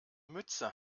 mütze